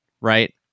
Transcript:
right